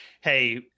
hey